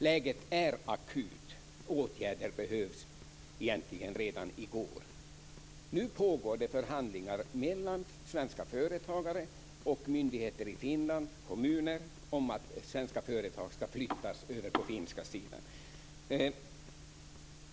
Läget är akut, och åtgärder behövdes egentligen redan i går. Nu pågår det förhandlingar mellan svenska företagare och myndigheter i Finland och kommuner om att svenska företag ska flyttas över till den finska sidan.